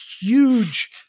huge